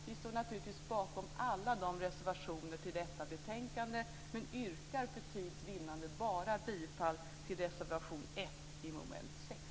Vi står naturligtvis bakom alla de reservationer vi har till detta betänkande, men jag yrkar för tids vinnande bifall bara till reservation 1 under mom. 6.